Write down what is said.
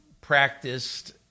practiced